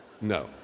No